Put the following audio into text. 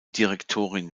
direktorin